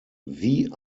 wie